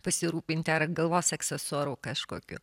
pasirūpint ar galvos aksesuaru kažkokiu